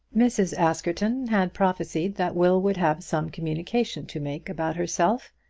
mrs. askerton had prophesied that will would have some communication to make about herself,